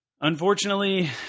Unfortunately